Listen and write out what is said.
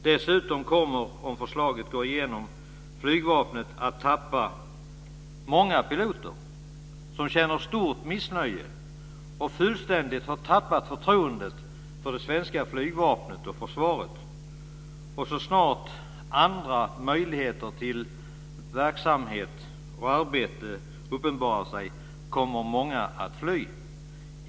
Dessutom kommer, om förslaget går igenom, flygvapnet att tappa många piloter som känner stort missnöje och fullständigt har tappat förtroendet för det svenska flygvapnet och försvaret. Så snart andra möjligheter till verksamhet och arbete uppenbarar sig kommer många av dem att fly.